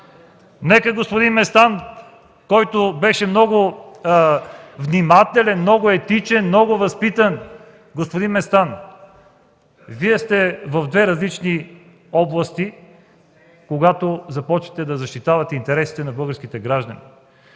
Господин Местан, който беше много внимателен, много етичен, много възпитан – господин Местан, Вие сте в две различни области, когато започнете да защитавате интересите на българските граждани.